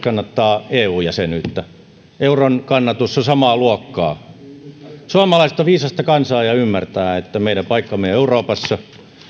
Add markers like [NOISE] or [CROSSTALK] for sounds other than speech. [UNINTELLIGIBLE] kannattaa eu jäsenyyttä euron kannatus on samaa luokkaa suomalaiset ovat viisasta kansaa ja ymmärtävät että meidän paikkamme on euroopassa